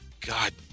God